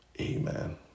amen